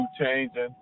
changing